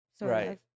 right